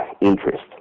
interest